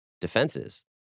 defenses